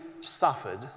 suffered